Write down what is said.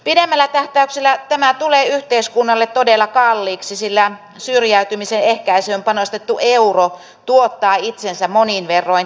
pidemmällä tähtäyksellä tämä tulee yhteiskunnalle todella kalliiksi sillä syrjäytymisen ehkäisyyn panostettu euro tuottaa itsensä monin verroin takaisin